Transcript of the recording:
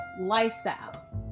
lifestyle